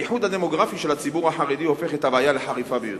הייחוד הדמוגרפי של הציבור החרדי הופך את הבעיה לחריפה ביותר,